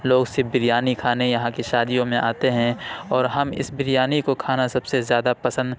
لوگ صرف بریانی کھانے یہاں کی شادیوں میں آتے ہیں اور ہم اِس بریانی کو کھانا سب سے زیادہ پسند